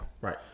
Right